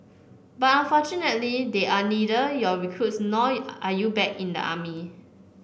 but unfortunately they are neither your recruits nor are you back in the army